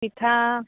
পিঠা